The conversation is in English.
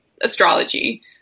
astrology